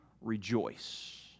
rejoice